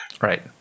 right